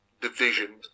division